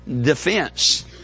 defense